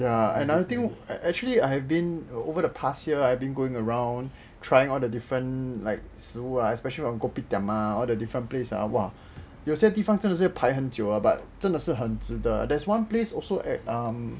ya another thing actually I have been over the past year I've been going around trying all the different like 食物 especially from kopitiam ah all the different places ah !wah! 有些地方真的是要排很久 but 真的是很值得 there's one place also at um